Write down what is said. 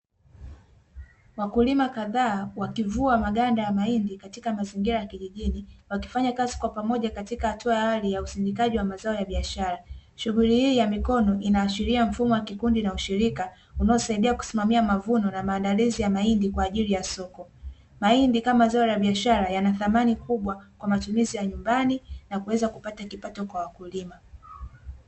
Wakulima kadhaa wakivua maganda ya mahindi katika mazingira ya kijijini wakifanya kazi kwa pamoja katika hatua ya awali ya usindikaji wa mazao ya biashara. Shughuli hii ya mikono inaashiria mfumo wa kikundi na ushirika unaosaidia kusimamia mavuno na maandalizi ya mahindi kwa ajili ya soko. Mahindi kama zao la biashara yana dhamani kubwa kwa matumizi ya nyumbani na kuweza kupata kipato kwa wakulima.